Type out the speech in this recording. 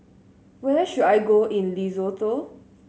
where should I go in Lesotho